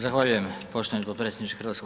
Zahvaljujem poštovani potpredsjedniče HS.